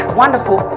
wonderful